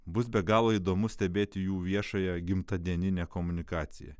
bus be galo įdomu stebėti jų viešąją gimtą dieninę komunikaciją